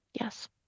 Yes